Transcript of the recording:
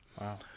wow